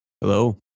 Hello